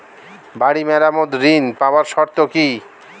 বাড়ি মেরামত ঋন পাবার শর্ত কি?